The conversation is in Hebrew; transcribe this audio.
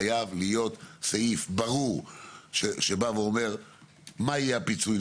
חייב להיות סעיף ברור שבא ואומר מה יהיה הפיצוי,